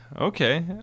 okay